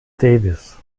davis